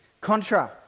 Contra